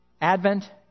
Advent